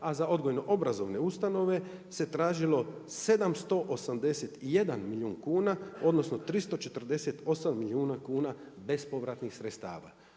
a za odgojno-obrazovne ustanove se tražilo 781 milijun kuna, odnosno 348 milijuna kuna bespovratnih sredstava.